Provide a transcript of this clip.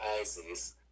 ISIS